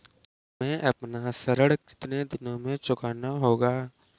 हमें अपना ऋण कितनी दिनों में चुकाना होगा?